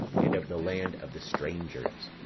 and of the land of the strangers